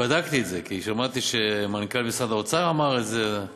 בדקתי את זה כי שמעתי שמנכ"ל משרד האוצר אמר את זה.